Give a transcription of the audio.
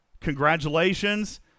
congratulations